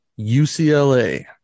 UCLA